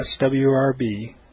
swrb